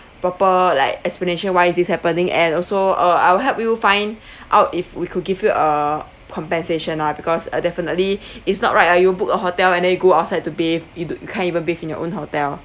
proper like explanation why is this happening and also uh I'll help you find out if we could give you a compensation lah because uh definitely it's not right lah you booked a hotel and then go outside to bathe you don't can't even bathe in your own hotel